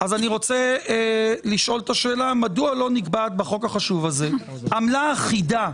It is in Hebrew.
אני מבקש אותו בשביל העצמאים,